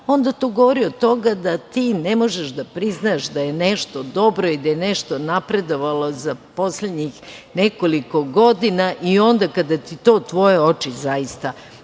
onda to govori o tome da ti ne možeš da priznaš da je nešto dobro i da je nešto napredovalo za poslednjih nekoliko godina i onda kada ti to tvoje oči zaista